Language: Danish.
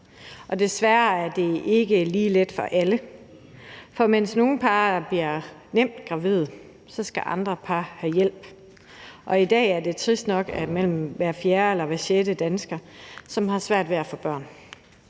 Desværre er det ikke lige let for alle, for mens nogle par nemt bliver gravide, skal andre par have hjælp. Og i dag er det trist nok mellem hver fjerde og hver sjette dansker, som har svært ved at få børn,